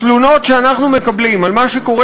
התלונות שאנחנו מקבלים על מה שקורה